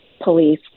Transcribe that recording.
police